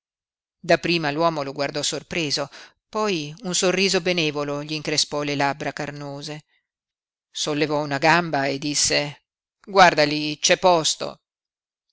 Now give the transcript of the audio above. da prima l'uomo lo guardò sorpreso poi un sorriso benevolo gli increspò le labbra carnose sollevò una gamba e disse guarda lí c'è posto